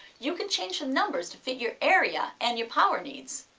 you can change the numbers to fit your area, and your power needs.